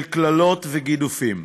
של קללות וגידופים,